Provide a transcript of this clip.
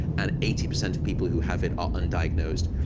and eighty percent of people who have it are undiagnosed.